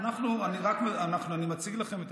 אני מציג לכם,